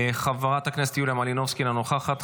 חברת הכנסת יוליה מלינובסקי, אינה נוכחת.